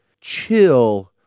chill